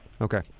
Okay